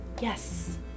Yes